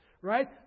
Right